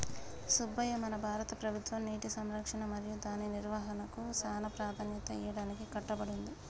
సుబ్బయ్య మన భారత ప్రభుత్వం నీటి సంరక్షణ మరియు దాని నిర్వాహనకు సానా ప్రదాన్యత ఇయ్యడానికి కట్టబడి ఉంది